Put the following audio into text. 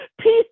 Peace